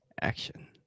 action